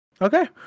Okay